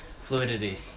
fluidity